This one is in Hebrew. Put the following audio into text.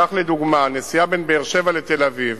כך, לדוגמה, נסיעה בין באר-שבע לתל-אביב